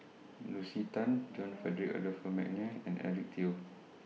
Lucy Tan John Frederick Adolphus Mcnair and Eric Teo